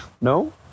No